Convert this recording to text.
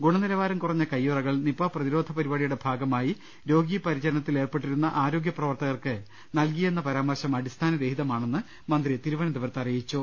ഗുണനില വാരം കുറഞ്ഞ കൈയ്യുറകൾ നിപ പ്രതിരോധ പരിപാടിയുടെ ഭാഗമായി രോഗി പരിചരണത്തിൽ ഏർപ്പെട്ടിരുന്ന ആരോഗ്യ പ്രവവർത്തകർക്ക് നൽകി യെന്ന പരാമർശം അടിസ്ഥാനരഹിതമാണെന്ന് മന്ത്രി തരുവനന്തപുരത്ത് അറി യിച്ചു